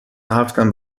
هفتم